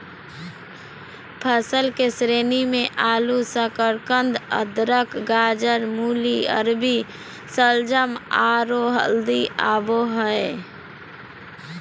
फसल के श्रेणी मे आलू, शकरकंद, अदरक, गाजर, मूली, अरबी, शलजम, आरो हल्दी आबो हय